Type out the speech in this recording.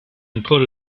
ancora